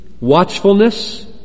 watchfulness